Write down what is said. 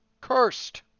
Cursed